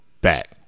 Back